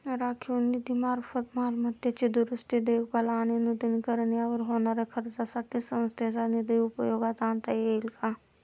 राखीव निधीमार्फत मालमत्तेची दुरुस्ती, देखभाल आणि नूतनीकरण यावर होणाऱ्या खर्चासाठी संस्थेचा निधी उपयोगात आणता येईल का?